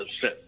set